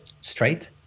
straight